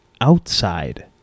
outside